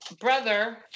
brother